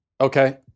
okay